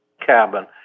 cabin